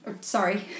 sorry